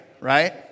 right